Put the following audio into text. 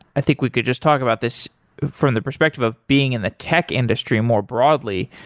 i think we could just talk about this from the perspective of being in the tech industry more broadly.